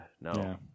No